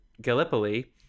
Gallipoli